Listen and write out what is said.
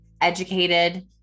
educated